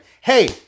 Hey